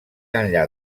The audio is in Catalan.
enllà